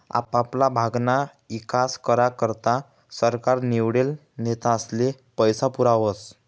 आपापला भागना ईकास करा करता सरकार निवडेल नेतास्ले पैसा पुरावस